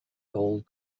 gold